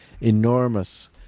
enormous